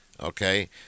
Okay